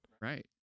Right